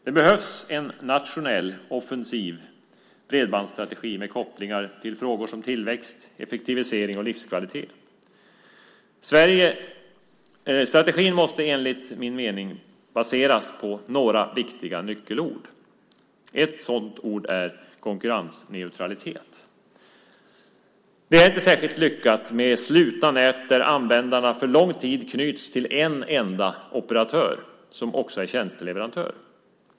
Det behövs en offensiv nationell bredbandsstrategi med kopplingar till frågor som tillväxt, effektivisering och livskvalitet. Strategin måste enligt min mening baseras på några viktiga nyckelord. Ett första sådant ord är konkurrensneutralitet. Det är inte särskilt lyckat med slutna nät där användarna för lång tid knyts till en enda operatör som också är tjänsteleverantör.